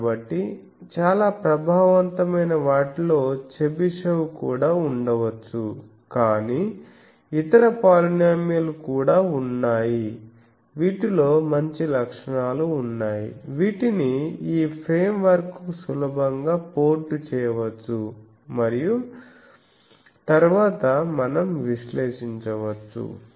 కాబట్టి చాలా ప్రభావవంతమైన వాటిలో చెబిషెవ్ కూడా ఉండవచ్చు కానీ ఇతర పాలినోమియల్ లు కూడా ఉన్నాయి వీటిలో మంచి లక్షణాలు ఉన్నాయి వీటిని ఈ ఫ్రేమ్వర్క్కు సులభంగా పోర్ట్ చేయవచ్చు మరియు తరువాత మనం విశ్లేషించవచ్చు